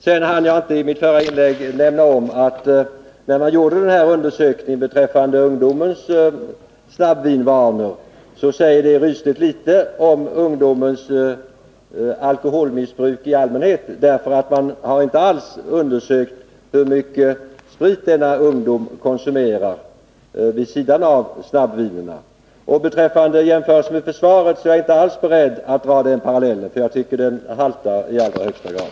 Jag hann inte i mitt förra inlägg nämna att undersökningen om ungdomens snabbvinvanor säger rysligt litet om ungdomens alkoholmissbruk i allmänhet. Man har nämligen inte alls undersökt hur mycket sprit ungdomarna i fråga konsumerar vid sidan av snabbvinerna. Beträffande jämförelsen med försvaret vill jag säga att jag inte alls är beredd att dra den parallellen. Jag tycker att jämförelsen haltar i allra högsta grad.